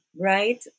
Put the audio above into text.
right